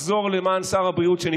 שר הבריאות מכבד אותי,